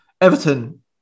Everton